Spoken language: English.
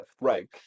right